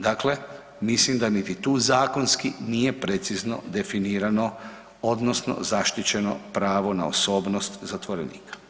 Dakle, mislim da niti tu zakonski nije precizno definirano, odnosno zaštićeno pravo na osobnost zatvorenika.